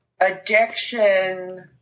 addiction